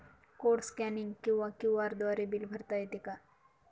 Code scanning किंवा QR द्वारे bill भरता येते का?